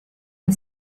the